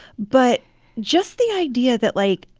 but just the idea that, like,